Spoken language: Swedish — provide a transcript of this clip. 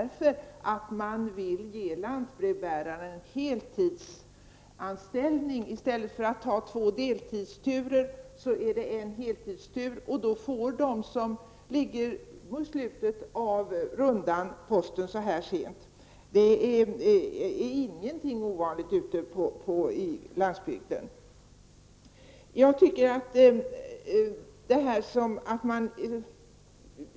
Orsaken härtill är att man vill ge lantbrevbärarna en heltidsanställning. Lantbrevbärarna skall ta en heltidstur i stället för två deltidsturer. Därför får de som bor i slutet av rundan posten så här sent. Detta är inte alls ovanligt ute på landsbygden.